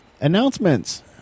announcements